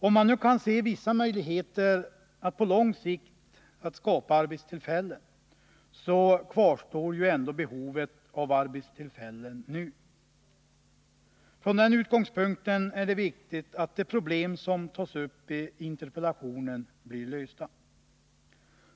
Om man nu kan se vissa möjligheter att skapa arbetstillfällen på lång sikt, så kvarstår ju ändå behovet av arbetstillfällen nu. Från den utgångspunkten är det viktigt att de problem som tas upp i interpellationen blir lösta.